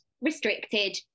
restricted